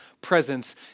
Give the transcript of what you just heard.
presence